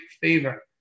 favor